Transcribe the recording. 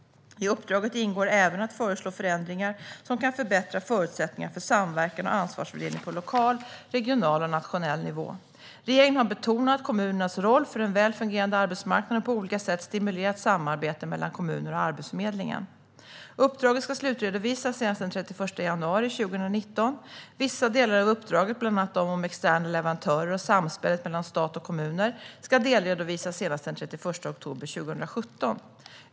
I uppdraget ingår även att föreslå förändringar som kan förbättra förutsättningarna för samverkan och ansvarsfördelning på lokal, regional och nationell nivå. Regeringen har betonat kommunernas roll för en väl fungerande arbetsmarknad och på olika sätt stimulerat samarbete mellan kommuner och Arbetsförmedlingen. Uppdraget ska slutredovisas senast den 31 januari 2019. Vissa delar av uppdraget, bland annat de om externa leverantörer och samspelet mellan stat och kommuner, ska delredovisas senast den 31 oktober 2017.